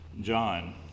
John